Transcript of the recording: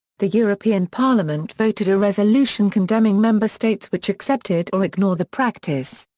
the european parliament voted a resolution condemning member states which accepted or ignore the practice.